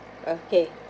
okay